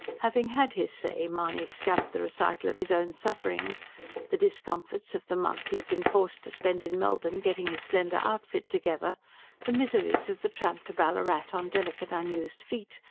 having had his say, mahony scamped the recital of his own sufferings the discomforts of the month he had been forced to spend in melbourne getting his slender outfit together the miseries of the tramp to ballarat on delicate unused feet,